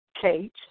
Kate